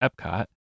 Epcot